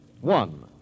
One